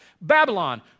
Babylon